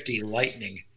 Lightning